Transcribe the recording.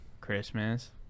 Christmas